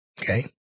okay